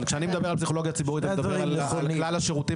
אבל כשאני מדבר על פסיכולוגיה ציבורית אני מדבר על כלל השירותים